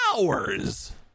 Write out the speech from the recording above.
hours